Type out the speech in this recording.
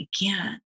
again